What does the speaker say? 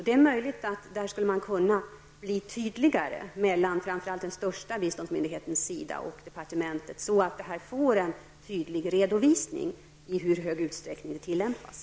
Det är möjligt att det går att bli tydligare, framför allt mellan den största biståndsmyndigheten, SIDA, och departementet så att det blir en tydlig redovisning av i hur stor utsträckning detta tillämpas.